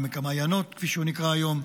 עמק המעיינות כפי שהוא נקרא היום,